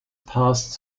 passed